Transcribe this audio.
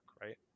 right